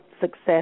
success